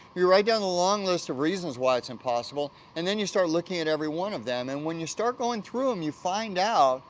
you write down a long list of reasons why it's impossible and then you start looking at every one of them and when you start going through them you find out,